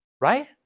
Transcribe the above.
Right